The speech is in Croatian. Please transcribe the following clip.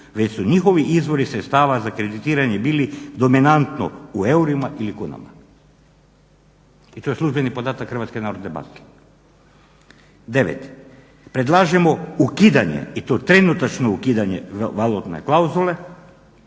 već su njihovi izvori sredstava za kreditiranje bili dominantno u eurima ili kunama. I to je službeni podatak HNB-a. 9.predlažemo ukidanje i to trenutačno ukidanje valutne klauzule